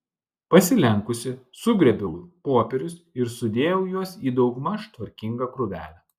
pasilenkusi sugrėbiau popierius ir sudėjau juos į daugmaž tvarkingą krūvelę